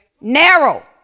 Narrow